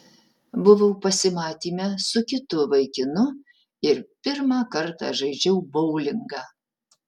buvau pasimatyme su kitu vaikinu ir pirmą kartą žaidžiau boulingą